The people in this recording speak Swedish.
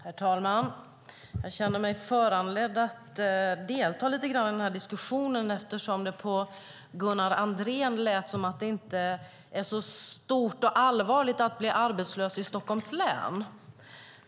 Herr talman! Jag känner mig föranledd att delta i den här diskussionen eftersom det lät på Gunnar Andrén som om det inte är så stort och allvarligt att bli arbetslös i Stockholms län.